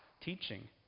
teaching